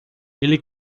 ele